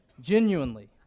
Genuinely